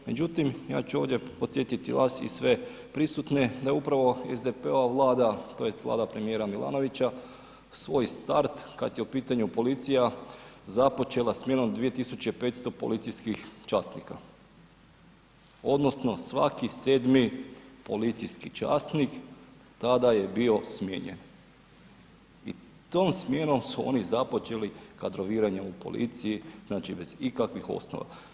Međutim, ja ću ovdje podsjetiti vas i sve prisutne da upravo SDP-ova Vlada, tj. Vlada premijer Milanovića, svoj start, kada je u pitanju policija, započela smjenom 2500 policijskih časnika, odnosno svaki 7 policijski časnik tada je bio smijenjen i tim smjerom su oni započeli kadroviranje u policiji znači bez ikakvih osnova.